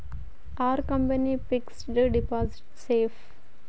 Are company fixed deposit safe?